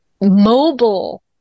mobile